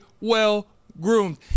well-groomed